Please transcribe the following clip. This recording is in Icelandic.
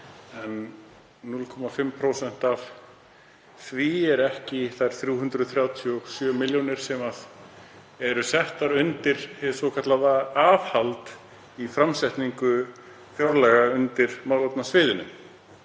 en 0,5% af því eru ekki þær 337 milljónir sem eru settar undir hið svokallaða aðhald í framsetningu fjárlaga undir málefnasviðinu.